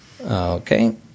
Okay